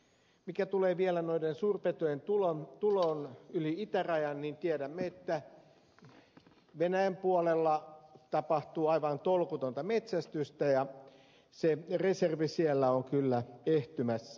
mitä tulee vielä noiden suurpetojen tuloon yli itärajan niin tiedämme että venäjän puolella tapahtuu aivan tolkutonta metsästystä ja se reservi siellä on kyllä ehtymässä